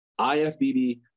IFBB